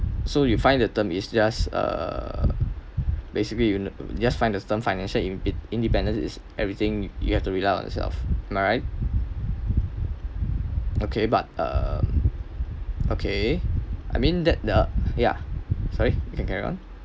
so you find the term is just uh basically you just find the term financial inde~ independence is everything you have to rely on yourself am I right okay but uh okay I mean that the ya sorry you can carry on